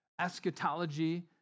eschatology